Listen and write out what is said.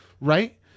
right